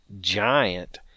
giant